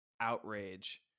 outrage